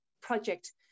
project